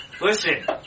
Listen